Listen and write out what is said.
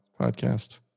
podcast